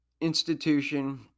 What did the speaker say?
institution